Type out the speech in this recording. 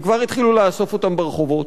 וכבר התחילו לאסוף אותם ברחובות.